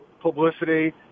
publicity